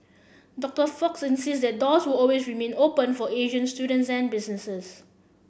Doctor Fox insists that the doors will always remain open for Asian students and businesses